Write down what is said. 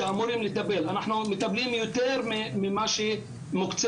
והייתי רוצה לדעת ממשרד